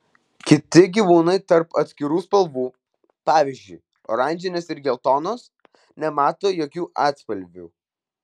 kiti gyvūnai tarp atskirų spalvų pavyzdžiui oranžinės ir geltonos nemato jokių atspalvių